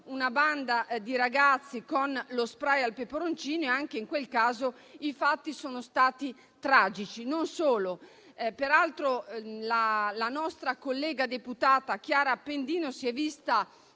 una banda di ragazzi con lo spray al peperoncino e anche in quel caso i fatti sono stati tragici. Peraltro, la nostra collega deputata Chiara Appendino si è vista